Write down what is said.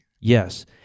Yes